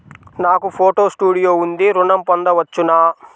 నాకు photo studio ఉంది ఋణం పొంద వచ్చునా?